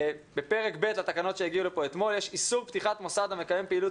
בפרק ב' לתקנות שהגיעו לפה אתמול יש "איסור פתיחת מוסד המקיים הוראות